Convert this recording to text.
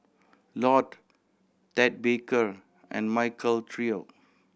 Lotte Ted Baker and Michael Trio